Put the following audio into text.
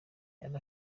yari